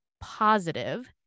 positive